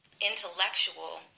intellectual